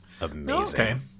amazing